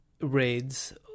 raids